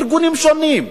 ארגונים שונים,